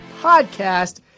podcast